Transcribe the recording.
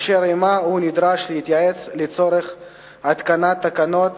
אשר עמה הוא נדרש להתייעץ לצורך התקנת תקנות